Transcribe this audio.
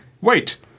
Wait